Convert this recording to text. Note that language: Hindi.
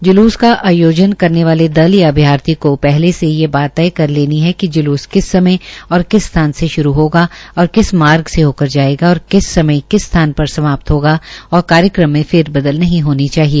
जल्स का आयोजन करने वाले दल या अभ्यार्थी को पहले ही यह बात तय कर लेनी है कि जलूस किस समय और किस स्थान से शुरू होगा और किस मार्ग से होकर जायेगा और किस समय और किस स्थान पर समाप्त होगा और कार्यक्रम में कोई फेरबदल नहीं होनी चाहिए